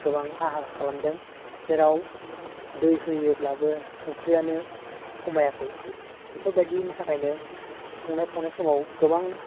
गोबां हाहार खालामदों जेराव दै होयोब्लाबो संख्रियानो खमायाखै बेफोर बायदिनि थाखायनो संनाय खावनाय समाव गोबां